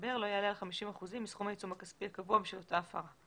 המצטבר לא יעלה על 50 אחוזים מסכום העיצום הכספי הקבוע בשל אותה הפרה.